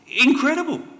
Incredible